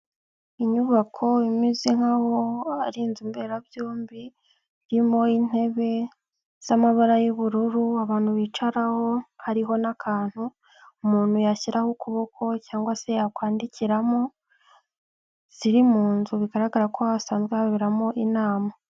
Inyubako imeze nkaho ari inzu mberabyombi irimo intebe z'amabara y'ubururu abantu bicaraho hariho n'akantu umuntu yashyiraho ukuboko cyangwa se yakwandikiramo, ziri mu nzu bigaragara ko hasanzwe haberamo inama.